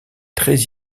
très